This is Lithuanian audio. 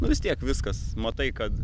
nu vis tiek viskas matai kad